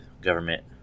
government